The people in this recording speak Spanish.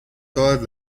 todas